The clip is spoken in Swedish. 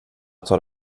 tar